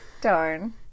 Darn